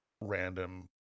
random